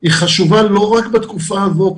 היא חשובה לא רק בתקופה הזאת.